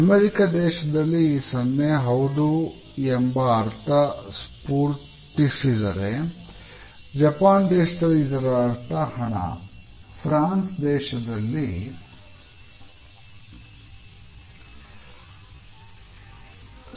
America ದೇಶದಲ್ಲಿ ಈ ಸನ್ನೆ ಹೌದು ಎಂಬ ಅರ್ಥ ಸ್ಪೂರ್ತಿ ಸಿದರೆ ಜಪಾನ್ ದೇಶದಲ್ಲಿ ಇದರ ಅರ್ಥ ಹಣ ಫ್ರಾನ್ಸ್ ದೇಶದಲ್ಲಿ 0